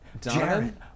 Jared